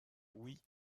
oui